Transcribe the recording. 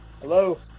Hello